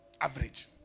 Average